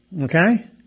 Okay